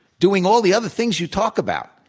doing all the other things you talk about.